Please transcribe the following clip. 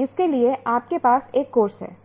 इसके लिए आपके पास एक कोर्स है